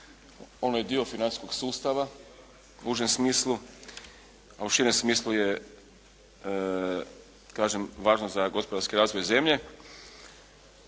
Ono je dio financijskog sustava u užem smislu a u širem smislu je kažem važna za gospodarski razvoj zemlje.